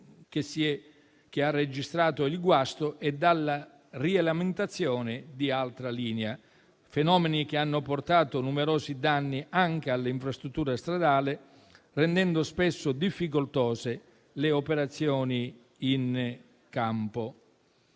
che ha registrato il guasto e alla rialimentazione di altra linea. Si tratta di fenomeni che hanno portato numerosi danni anche all'infrastruttura stradale, rendendo spesso difficoltose le operazioni in campo.